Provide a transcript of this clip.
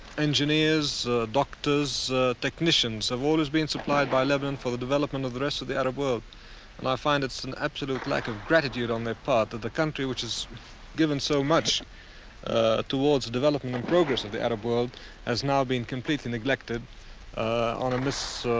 engineers doctors technicians of all is being supplied by eleven for the development of the rest of the arab world and i find it's an absolute lack of gratitude on their part of the country which given so much towards development progress of the arab world has now been completely neglected on um